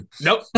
Nope